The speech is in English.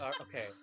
okay